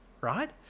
right